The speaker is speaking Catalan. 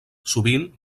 sovint